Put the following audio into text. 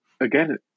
Again